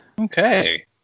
Okay